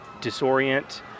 Disorient